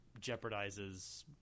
jeopardizes